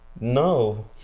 No